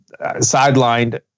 sidelined